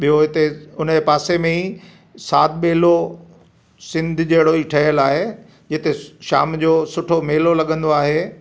ॿियो हिते उनजे पासे में ई साध बेलो सिध जहिड़ो ई ठहियल आहे जिते शाम जो सुठो मेलो लगंदो आहे